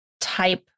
type